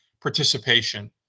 participation